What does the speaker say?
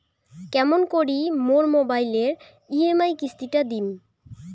কেমন করি মোর মোবাইলের ই.এম.আই কিস্তি টা দিম?